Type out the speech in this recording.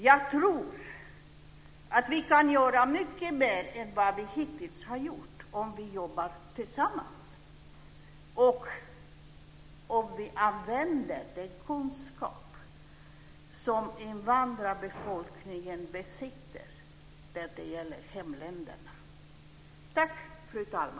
Jag tror att vi kan göra mycket mer än vad vi hittills har gjort om vi jobbar tillsammans och om vi använder den kunskap som invandrarbefolkningen besitter när det gäller hemländerna.